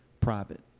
private